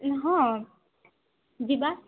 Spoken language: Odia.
ହଁ ଯିବା